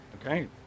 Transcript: Okay